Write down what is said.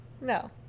No